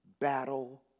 Battle